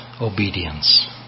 obedience